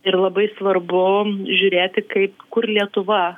ir labai svarbu žiūrėti kaip kur lietuva